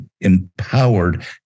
empowered